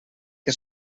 que